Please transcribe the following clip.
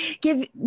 Give